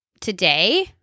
today